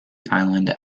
island